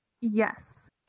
Yes